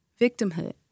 Victimhood